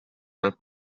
dal